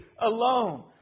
alone